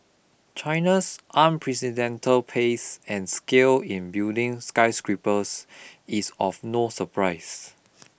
China's unprecedented pace and scale in building skyscrapers is of no surprise